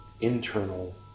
internal